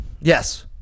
Yes